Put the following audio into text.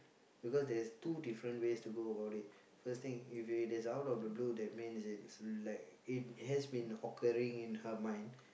because there is two different ways to go about it first thing if it is out of the blue that means it's like it has been occurring in her mind